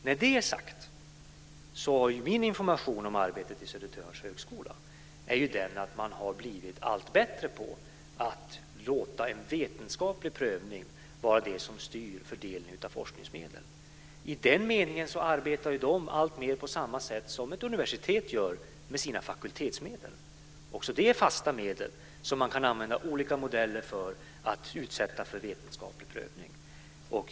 När det är sagt vill jag nämna att den information jag har om arbetet vid Södertörns högskola är att man har blivit allt bättre på att låta en vetenskaplig prövning styra fördelningen av forskningsmedel. I den meningen arbetar de med sina fakultetsmedel alltmer på samma sätt som ett universitet. Också de är fasta medel som man med hjälp av olika modeller kan utsätta för vetenskaplig prövning.